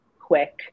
quick